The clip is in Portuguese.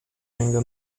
ainda